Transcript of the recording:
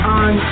on